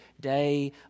day